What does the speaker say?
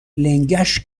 لنگش